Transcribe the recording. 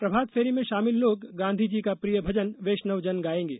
प्रभातफेरी में शामिल लोग गांधी जी का प्रिय भजन वैष्णव जन गायेंगे